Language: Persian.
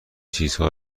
چیزها